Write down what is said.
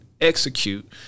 execute